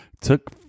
took